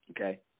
Okay